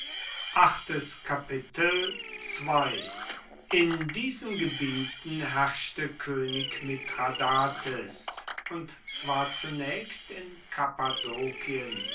in diesen gebieten herrschte könig mithradates und zwar zunächst in